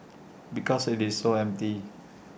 because IT is so empty